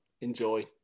Enjoy